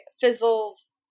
fizzles